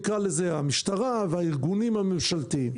המשטרה והארגונים הממשלתיים.